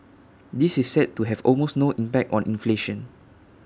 this is set to have almost no impact on inflation